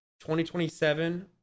2027